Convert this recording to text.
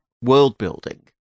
world-building